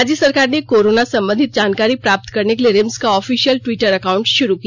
राज्य सरकार ने कोरोना संबंधित जानकारी प्राप्त करने के लिए रिम्स का ऑफिशियल ट्वीटर एकाउंट शुरु किया